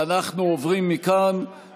אנחנו עוברים מכאן, אדוני היושב-ראש,